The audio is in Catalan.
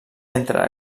entre